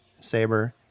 Saber